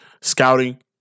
scouting